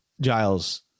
Giles